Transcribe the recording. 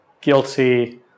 guilty